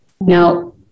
Now